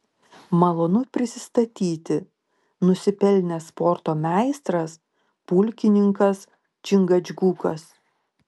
malonu prisistatyti nusipelnęs sporto meistras pulkininkas čingačgukas